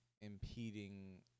impeding